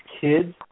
kids